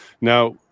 Now